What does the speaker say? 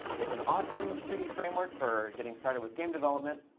it's an awesome two d framework for getting started with game development.